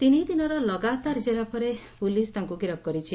ତିନିଦିନର ଲଗାତାର ଜେରା ପରେ ପୁଲିସ ତାଙ୍କୁ ଗିରଫ କରିଛି